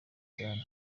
zidane